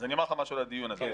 אז אני אומר לך משהו על הדיון הזה.